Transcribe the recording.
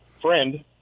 friend